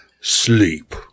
sleep